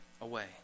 away